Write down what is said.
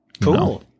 Cool